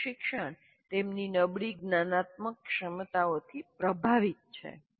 તેમનું શિક્ષણ તેમની નબળી જ્ઞાનાત્મક ક્ષમતાઓથી પ્રભાવિત છે